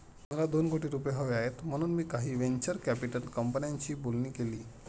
मला दोन कोटी रुपये हवे आहेत म्हणून मी काही व्हेंचर कॅपिटल कंपन्यांशी बोलणी केली